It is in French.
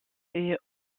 est